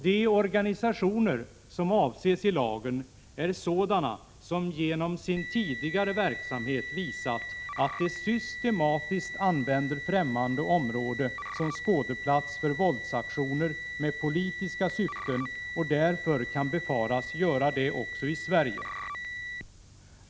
De organisationer som avses i lagen är sådana som genom sin tidigare verksamhet visat att de systematiskt använder främmande område som skådeplats för våldsaktioner med politiska syften och därför kan befaras göra det också i Sverige.